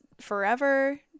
forever